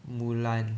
Mulan